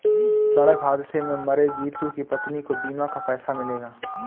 सड़क हादसे में मरे जितू की पत्नी को बीमा का पैसा मिलेगा